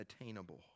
attainable